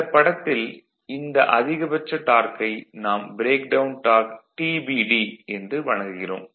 இந்தப் படத்தில் இந்த அதிகபட்ச டார்க்கை நாம் ப்ரேக்டவுன் டார்க் TBD என்று வழங்குகிறோம்